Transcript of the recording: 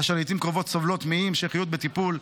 אשר לעתים קרובות סובלות מאי-המשכיות בטיפול,